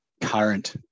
current